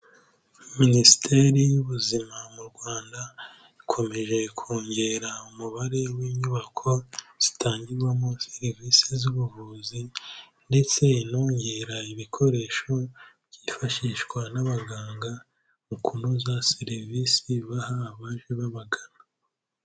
Minisiteri y'ubuzima mu Rwanda ikomeje kongera umubare w'inyubako zitangirwamo serivise z'ubuvuzi ndetse inongera ibikoresho byifashishwa n'abaganga mu kunoza serivise baha abaje babagana.